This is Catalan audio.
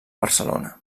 barcelona